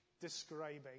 describing